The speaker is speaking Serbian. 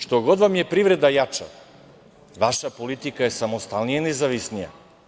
Što god vam je privreda jača, vaša politika je samostalnija i nezavisnija.